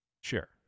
sure